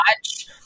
watch